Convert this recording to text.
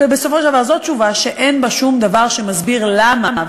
בסופו של דבר זאת תשובה שאין בה שום דבר שמסביר למה.